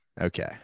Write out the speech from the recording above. Okay